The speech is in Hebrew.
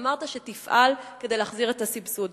אמרת שתפעל כדי להחזיר את הסבסוד.